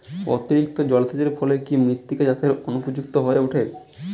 অতিরিক্ত জলসেচের ফলে কি মৃত্তিকা চাষের অনুপযুক্ত হয়ে ওঠে?